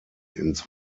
ins